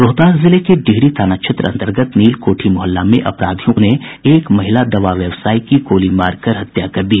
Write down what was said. रोहतास जिले के डिहरी थाना क्षेत्र अन्तर्गत नीलकोठी मोहल्ला में अपराधियों ने एक महिला दवा व्यवसायी की गोली मारकर हत्या कर दी